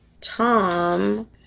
Tom